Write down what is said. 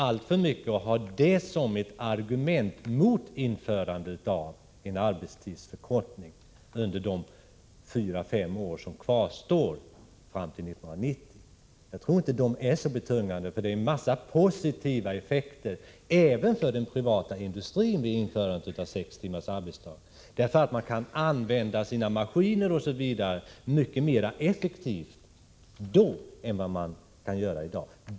Alltför ofta har dessa framförts som argument mot införande av en arbetstidsförkortning under de fyra fem år som kvarstår fram till 1990. Jag tror inte att kostnaderna är så betungande, för införandet av sex timmars arbetsdag har en hel del positiva effekter även för den privata industrin. Då kan man använda maskinerna o.d. mycket mera effektivt än vad man kan göra i dag.